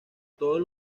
todos